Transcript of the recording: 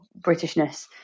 Britishness